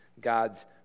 God's